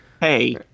Hey